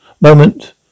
moment